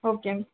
ஓகேங்க